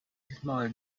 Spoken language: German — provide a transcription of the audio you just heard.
diesmal